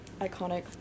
iconic